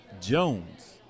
Jones